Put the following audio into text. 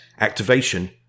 activation